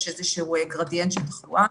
יש איזשהו gradientשל תחלואה.